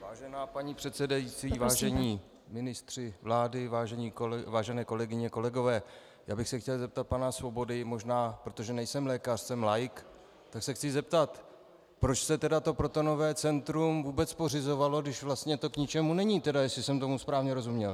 Vážená paní předsedající, vážení ministři vlády, vážené kolegyně, kolegové, já bych se chtěl zeptat pana Svobody, možná proto, že nejsem lékař, jsem laik, proč se tedy to protonové centrum vůbec pořizovalo, když vlastně to k ničemu není, jestli jsem tomu správně rozuměl.